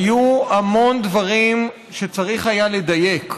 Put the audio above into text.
היו המון דברים שצריך היה לדייק בהם,